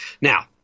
Now